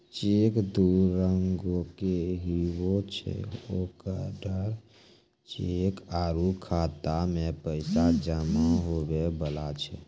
cheque दू रंगोके हुवै छै ओडर चेक आरु खाता मे पैसा जमा हुवै बला चेक